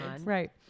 right